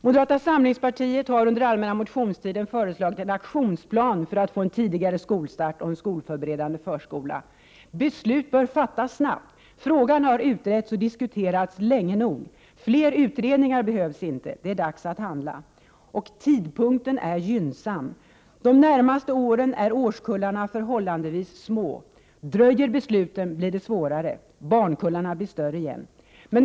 Moderata samlingspartiet har under allmänna motionstiden föreslagit en aktionsplan för att få en tidigare skolstart och en skolförberedande förskola. Beslut bör fattas snabbt. Frågan har utretts och diskuterats länge nog. Fler utredningar behövs inte. Det är dags att handla. Tidpunkten är gynnsam. De närmaste åren är årskullarna förhållandevis små. Dröjer besluten blir det svårare. Barnkullarna blir större igen.